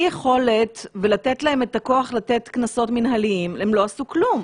יכולת לתת להם את הכוח לתת קנסות מנהליים הם לא עשו כלום.